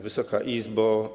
Wysoka Izbo!